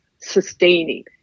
sustaining